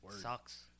Sucks